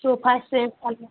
sofa set अलमा